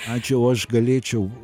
ačiū o aš galėčiau